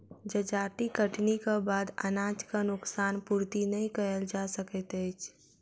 जजाति कटनीक बाद अनाजक नोकसान पूर्ति नै कयल जा सकैत अछि